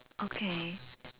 okay